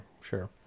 sure